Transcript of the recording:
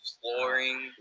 flooring